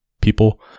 people